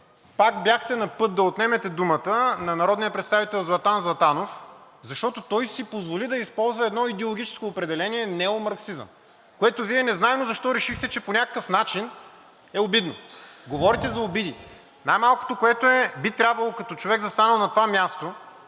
пак бяхте на път да отнемете думата на народния представител Златан Златанов, защото той си позволи да използва едно идеологическо определение „неомарксизъм“, което Вие незнайно защо решихте, че по някакъв начин е обидно. Говорите за обиди. Най-малкото, което е, би трябвало като човек, застанал на това място,